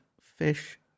fish